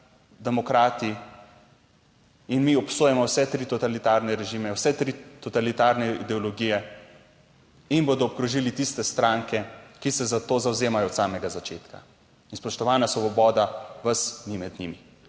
demokrati in mi obsojamo vse tri totalitarne režime, vse tri totalitarne ideologije, in bodo obkrožili tiste stranke, ki se za to zavzemajo od samega začetka. In spoštovana Svoboda, vas ni med njimi.